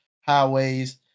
highways